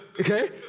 Okay